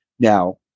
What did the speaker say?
Now